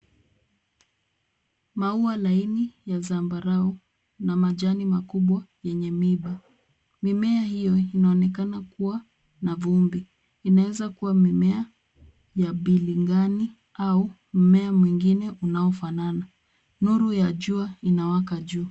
Maua laini ya zambarau na majani makubwa yenye miba. Mmea hiyo inaonekana kuwa na vumbi. Inaweza kuwa mmea ya bilingani au mmea mwengine unaofanana. Nuru ya jua inawaka juu.